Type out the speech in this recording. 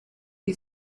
you